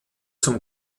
zum